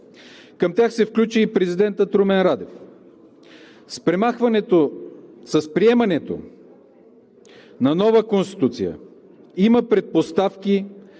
към тях се включи и президентът Румен Радев. С приемането на нова Конституция има предпоставки